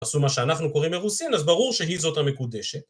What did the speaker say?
עשו מה שאנחנו קוראים אירוסין, אז ברור שהיא זאת המקודשת.